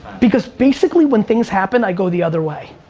because basically when things happen, i go the other way.